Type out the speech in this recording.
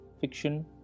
fiction